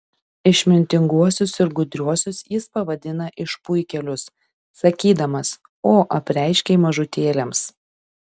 išmintinguosius ir gudriuosius jis pavadina išpuikėlius sakydamas o apreiškei mažutėliams